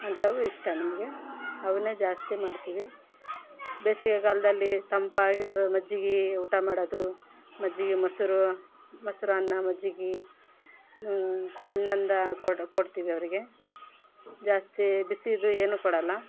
ಅಂಥವು ಇಷ್ಟ ನಮಗೆ ಅವನ್ನೇ ಜಾಸ್ತಿ ಮಾಡ್ತೀವಿ ಬೇಸಿಗೆಗಾಲದಲ್ಲಿ ತಂಪಾಗಿರೊ ಮಜ್ಜಿಗೆ ಊಟ ಮಾಡೋದು ಮಜ್ಜಿಗೆ ಮೊಸರು ಮೊಸರನ್ನ ಮಜ್ಜಿಗೆ ತಣ್ಣಂದು ಕೊಡ ಕೊಡ್ತೀವಿ ಅವರಿಗೆ ಜಾಸ್ತಿ ಬಿಸಿದು ಏನು ಕೊಡೋಲ್ಲ